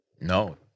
No